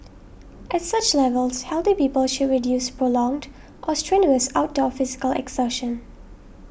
at such levels healthy people should reduce prolonged or strenuous outdoor physical exertion